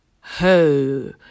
ho